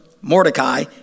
Mordecai